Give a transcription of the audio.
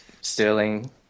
Sterling